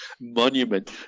Monument